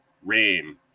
Rain